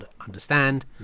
understand